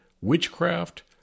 witchcraft